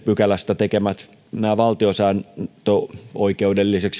pykälästä tekemät valtiosääntöoikeudelliset